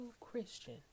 Christian